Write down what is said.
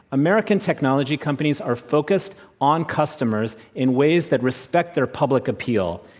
american technology companies are focused on customers in ways that respect their public appeal,